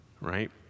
right